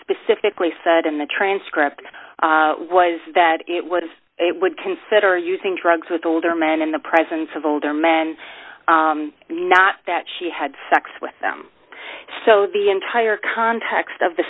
specifically said in the transcript was that it was it would consider using drugs with older men in the presence of older men not that she had sex with them so the entire context of the